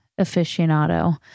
aficionado